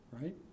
right